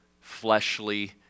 fleshly